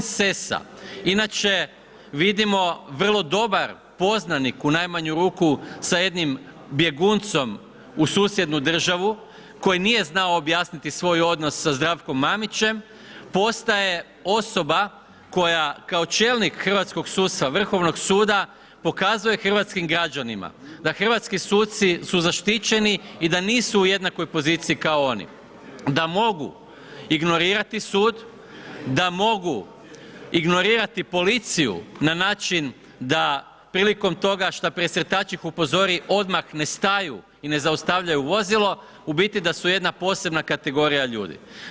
Sesa je inače vidimo, vrlo dobar poznanik u najmanju ruku s jednim bjeguncem u susjednu državu koji nije znao objasniti svoj odnos sa Zdravkom Mamićem, postaje osoba koja kao čelnik hrvatskog suda, Vrhovnog suda pokazuje hrvatskim građanima da hrvatski suci su zaštićeni i da nisu u jednakoj poziciji kao oni, da mogu ignorirati sud, da mogu ignorirati policiju na način da prilikom toga što presretač ih upori odmah ne staju i ne zaustavljaju vozilo, u biti da su jedna posebna kategorija ljudi.